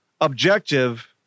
objective